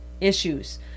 issues